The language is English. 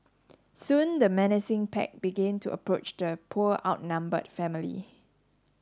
soon the menacing pack begin to approach the poor outnumbered family